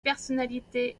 personnalités